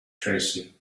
tracy